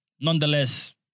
Nonetheless